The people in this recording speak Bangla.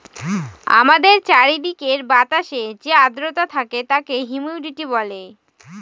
আমাদের চারিদিকের বাতাসে যে আদ্রতা থাকে তাকে হিউমিডিটি বলে